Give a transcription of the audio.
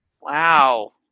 Wow